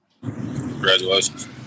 Congratulations